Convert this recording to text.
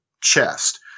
chest